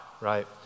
right